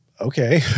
okay